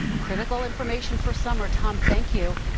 critical information for summer. tom, thank you.